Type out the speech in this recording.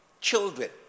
children